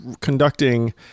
conducting